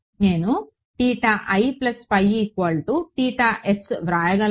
నేను వ్రాయగలనా